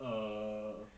err